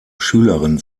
schülerin